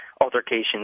altercations